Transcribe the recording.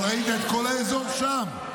אבל ראית את כל האזור שם?